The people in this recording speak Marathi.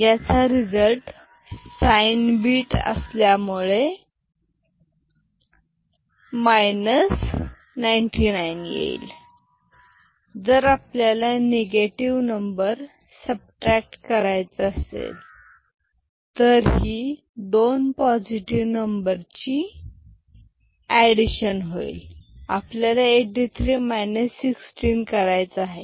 याचा रिझल्ट साईन बीट असल्यामुळे 99 येईल जर आपल्याला निगेटिव नंबर सबट्रॅक्ट करायचा असेल तर ही दोन पॉझिटिव नंबरची एडिशन होईल आपल्याला 83 16 करायचे आहे